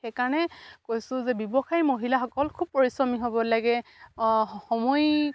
সেইকাৰণে কৈছোঁ যে ব্যৱসায়ী মহিলাসকল খুব পৰিশ্ৰমী হ'ব লাগে সময়